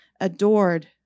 adored